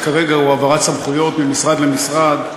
אני יודע שהנושא כרגע הוא העברת סמכויות ממשרד למשרד.